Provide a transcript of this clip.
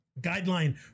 guideline